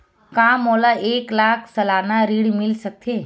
का मोला एक लाख सालाना ऋण मिल सकथे?